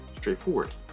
straightforward